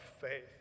faith